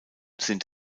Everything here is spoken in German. sind